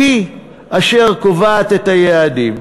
היא אשר קובעת את היעדים,